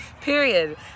period